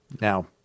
Now